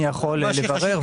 אני יכול לברר ולהשלים.